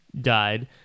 died